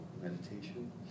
meditation